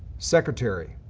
secretary,